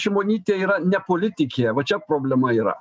šimonytė yra ne politikė va čia problema yra